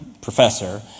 professor